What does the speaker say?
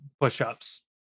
push-ups